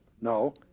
No